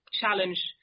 challenge